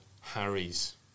Harry's